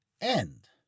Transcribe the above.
end